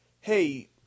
hey